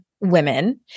women